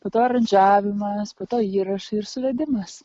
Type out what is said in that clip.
po to aranžavimas po to įrašai ir suvedimas